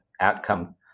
outcome